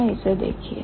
जरा इसे देखिए